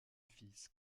fils